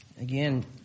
Again